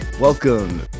Welcome